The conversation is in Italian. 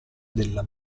della